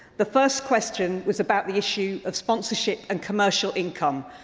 the first question was about the issue of sponsorship and commercial income.